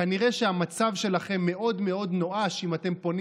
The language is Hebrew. כנראה שהמצב שלכם מאוד מאוד נואש אם אתם פונים